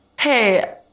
Hey